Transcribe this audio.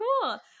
cool